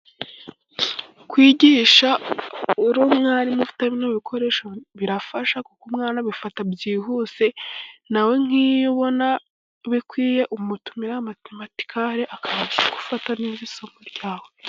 Kwigisha, uri umwarimu ufita n'ibikoresho birafasha, kuko umwana abifata byihuse, nawe nk'iyo ubona bikwiye, umutumira matimatikare, akabasha gufata neza isoko ryawe.